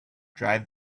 drive